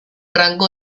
rango